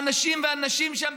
האנשים והנשים שם,